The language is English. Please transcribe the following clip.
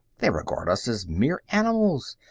they regard us as mere animals,